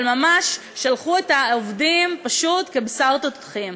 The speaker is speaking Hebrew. אבל ממש שלחו את העובדים פשוט כבשר תותחים.